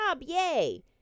yay